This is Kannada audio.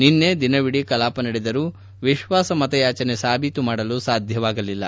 ನಿನ್ನೆ ದಿನವಿಡೀ ಕಲಾಪ ನಡೆದರೂ ವಿಶ್ವಾಸಮತಯಾಚನೆ ಸಾಬೀತು ಮಾಡಲು ಸಾಧ್ಯವಾಗಲಿಲ್ಲ